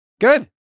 Good